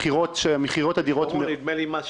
מכירות של הדירות --- נדמה לי שמס